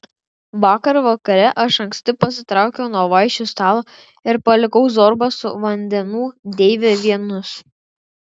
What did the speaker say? vakar vakare aš anksti pasitraukiau nuo vaišių stalo ir palikau zorbą su vandenų deive vienus